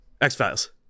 X-Files